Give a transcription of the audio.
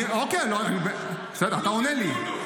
אתה עונה לי.